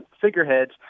figureheads